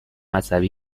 عصبی